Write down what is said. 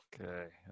Okay